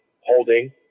holding